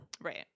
right